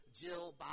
Jill